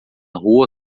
rua